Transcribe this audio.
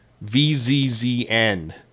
V-Z-Z-N